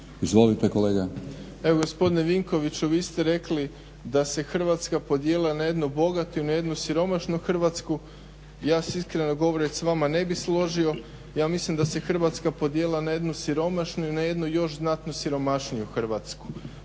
Dražen (HDSSB)** Evo gospodine Vinkoviću vi ste rekli da se Hrvatska podijelila na jednu bogatu i na jednu siromašnu Hrvatsku ja se iskreno govoreći ne bih s vama složio, ja mislim da se Hrvatska podijelila na jednu siromašnu i na jednu još znatno siromašniju Hrvatsku.